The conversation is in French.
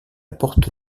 porte